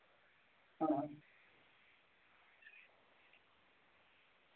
हां